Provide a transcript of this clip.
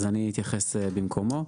אז אני אתייחס במקומו.